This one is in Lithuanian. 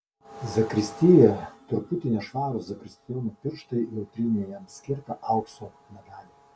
zakristijoje truputį nešvarūs zakristijono pirštai jau trynė jam skirtą aukso medalį